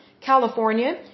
California